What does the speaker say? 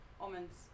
almonds